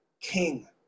king